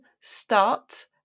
start